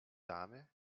dame